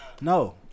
No